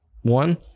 one